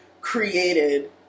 created